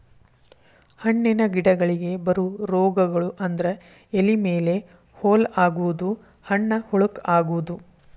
ಹಣ್ಣಿನ ಗಿಡಗಳಿಗೆ ಬರು ರೋಗಗಳು ಅಂದ್ರ ಎಲಿ ಮೇಲೆ ಹೋಲ ಆಗುದು, ಹಣ್ಣ ಹುಳಕ ಅಗುದು